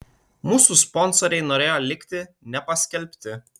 mūsų sponsoriai norėjo likti nepaskelbti